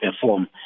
perform